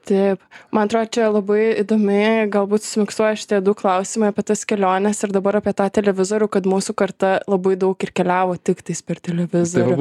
taip man atrodo čia labai įdomiai galbūt susimiksuoja šitie du klausimai apie tas keliones ir dabar apie tą televizorių kad mūsų karta labai daug ir keliavo tiktais per televizorių